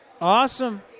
Awesome